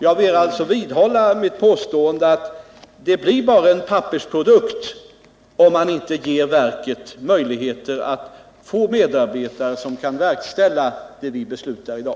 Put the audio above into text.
Jag vill alltså vidhålla mitt påstående att det bara blir en pappersprodukt om man inte ger verket möjligheter att få medarbetare som kan verkställa det vi beslutar i dag.